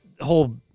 whole